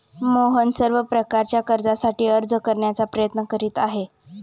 मोहन सर्व प्रकारच्या कर्जासाठी अर्ज करण्याचा प्रयत्न करीत आहे